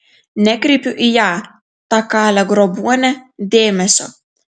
nekreipiu į ją tą kalę grobuonę dėmesio